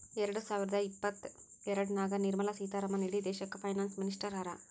ಎರಡ ಸಾವಿರದ ಇಪ್ಪತ್ತಎರಡನಾಗ್ ನಿರ್ಮಲಾ ಸೀತಾರಾಮನ್ ಇಡೀ ದೇಶಕ್ಕ ಫೈನಾನ್ಸ್ ಮಿನಿಸ್ಟರ್ ಹರಾ